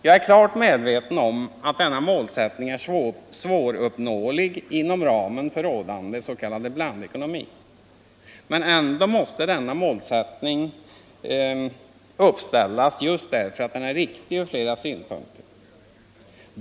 Jag är klart medveten om att denna målsättning är svåruppnåelig inom ramen för rådande s.k. blandekonomi, men ändå måste denna målsättning uppställas just därför att den är riktig ur flera synpunkter.